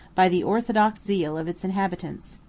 by the orthodox zeal of its inhabitants.